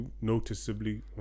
noticeably